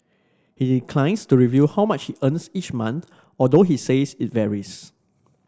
he declines to reveal how much earns each month although he says it varies